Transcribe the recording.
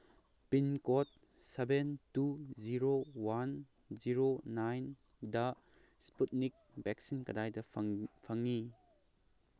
pin code seven two zero one zero ꯅꯥꯏꯟꯗ Sputnik vaccine ꯀꯗꯥꯏꯗ ꯐꯪꯉꯤ